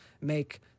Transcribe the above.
make